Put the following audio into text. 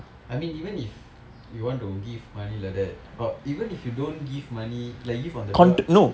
I mean even if you want to give money like that or even if you don't give money like give on the dot